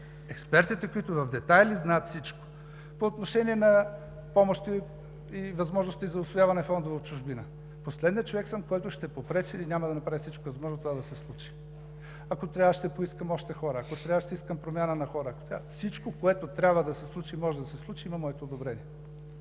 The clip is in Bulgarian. експертите, които в детайли знаят всичко. По отношение на помощи и възможности за усвояване фондове от чужбина. Последният човек съм, който ще попречи или няма да направи всичко възможно това да се случи. Ако трябва, ще поискам още хора, ако трябва, ще искам промяна на хора. Всичко, което трябва да се случи и може да се случи, има моето одобрение.